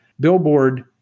Billboard